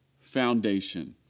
foundation